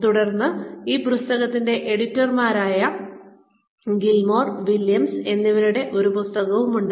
തുടർന്ന് ഈ പുസ്തകത്തിന്റെ എഡിറ്റർമാരായ ഗിൽമോർ വില്യംസ് എന്നിവരുടെ ഒരു പുസ്തകമുണ്ട്